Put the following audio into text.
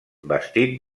vestit